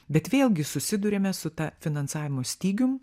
bet vėlgi susiduriame su ta finansavimo stygium